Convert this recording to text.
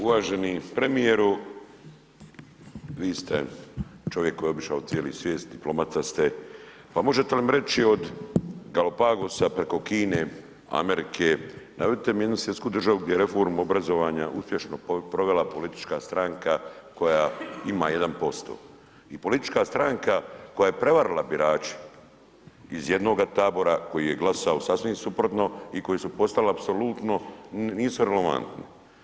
Uvaženi premijeru, vi ste čovjek koji je obišao cijeli svijet, diplomata ste, pa možete li mi reći od Galapagosa preko Kine, Amerike, navedite mi jednu svjetsku državu gdje je reformu obrazovanja uspješno provela politička stranka koja ima 1% i politička stranka koja je prevarila birače iz jednoga tabora koji je glasao sasvim suprotno i koji su postala apsolutno, nisu relevantni.